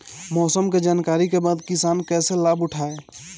मौसम के जानकरी के बाद किसान कैसे लाभ उठाएं?